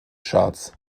charts